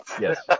Yes